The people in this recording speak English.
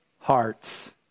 hearts